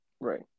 Right